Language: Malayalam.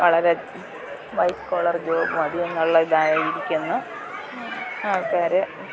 വളരെ വൈറ്റ് കോളർ ജോബ് മതി എന്നുള്ള ഇതായിരിക്കുന്നു ആൾക്കാർ